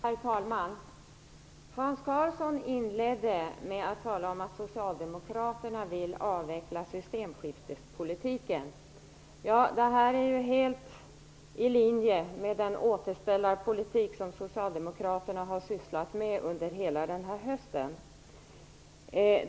Herr talman! Hans Karlsson inledde med att tala om att Socialdemokraterna vill avveckla systemskiftespolitiken. Ja, det här är helt i linje med den återställarpolitik som Socialdemokraterna hela denna höst har sysslat med.